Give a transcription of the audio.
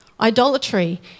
Idolatry